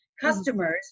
customers